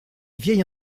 vieille